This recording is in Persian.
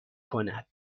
کند